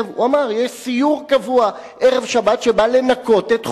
הוא אמר יש סיור קבוע ערב שבת שבא לנקות את חומש.